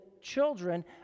children